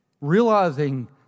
realizing